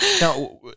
now